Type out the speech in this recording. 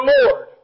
lord